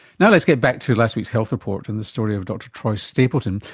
now let's get back to last week's health report, and the story of dr troy stapleton,